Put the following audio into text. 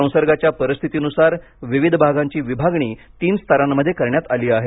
संसर्गाच्या परिस्थितीनुसार विविध भागांची विभागणी तीन स्तरांमध्ये करण्यात आली आहे